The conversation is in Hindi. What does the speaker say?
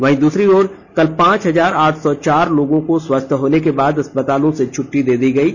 वहीं दूसरी ओर कल पांच हजार आठ सौ चार लोगों को स्वस्थ होने के बाद अस्पतालों से छुट्टी दे दी गयी